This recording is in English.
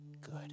good